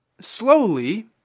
slowly